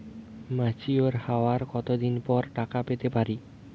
Mature হওয়ার কত দিন পর টাকা পেতে পারি?